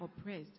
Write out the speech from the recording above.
oppressed